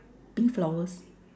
pink flowers